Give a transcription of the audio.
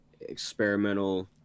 experimental